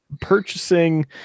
purchasing